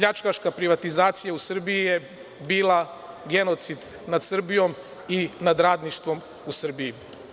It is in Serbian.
Pljačkaška privatizacija u Srbiji je bila genocid nad Srbijom i nad radništvom u Srbiji.